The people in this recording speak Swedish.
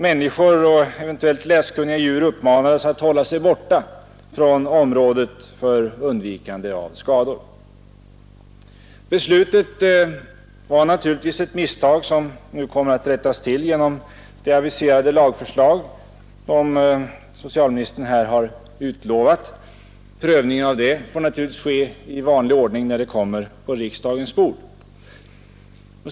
Människor och eventuellt läskunniga djur uppmanades att hålla sig borta från sådant område för undvikande av skador. Beslutet var naturligtvis ett misstag, som nu kommer att rättas till genom det lagförslag som socialministern här har aviserat. Prövning av det får naturligtvis ske i vanlig ordning, när det kommer på riksdagens bord.